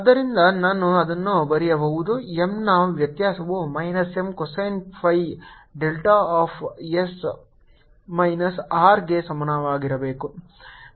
ಆದ್ದರಿಂದ ನಾನು ಅದನ್ನು ಬರೆಯಬಹುದು M ನ ವ್ಯತ್ಯಾಸವು minus M cosine of phi delta of S minus R ಗೆ ಸಮನಾಗಿರಬೇಕು